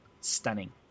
stunning